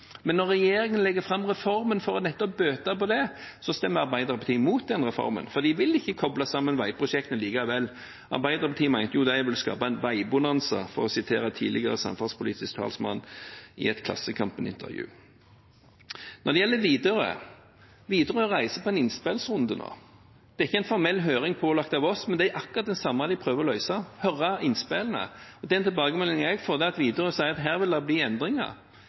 Men når regjeringen legger fram reformen for nettopp å bøte på det, stemmer Arbeiderpartiet imot den reformen. De vil ikke koble sammen veiprosjektene likevel. Arbeiderpartiet mente det ville skape en «veibonanza», for å sitere deres tidligere samferdselspolitiske talsmann i et Klassekampen-intervju. Når det gjelder Widerøe, reiser de på en innspillsrunde nå. Det er ikke en formell høring pålagt av oss, men det er akkurat det samme de prøver å løse – høre innspillene. Tilbakemeldingen jeg får, er at Widerøe sier at her vil det bli endringer,